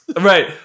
Right